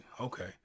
Okay